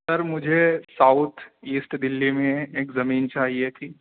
سر مجھے south east Delhi میں ایک زمین چاہیے تھی